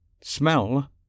smell